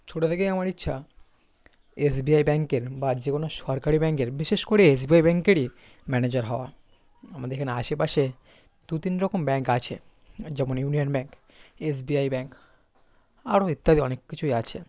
ছোটো থেকেই আমার ইচ্ছা এস বি আই ব্যাংকের বা যে কোনো সরকারি ব্যাংকের বিশেষ করে এস বি আই ব্যাংকেরই ম্যানেজার হওয়া আমাদের এখানে আশেপাশে দু তিন রকম ব্যাংক আছে যেমন union bank S B I bank আরও ইত্যাদি অনেক কিছুই আছে